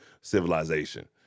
civilization